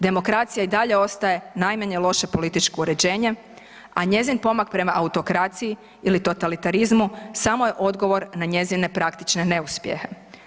Demokracija i dalje ostaje najmanje loše političko uređenje, a njezin pomak prema autokraciji ili totalitarizmu smo je odgovor na njezine praktične neuspjehe.